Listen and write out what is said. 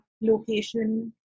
location